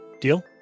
Deal